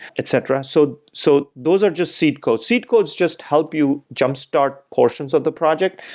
etc. so so those are just seed codes. seed codes just help you jumpstart portions of the project,